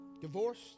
Divorced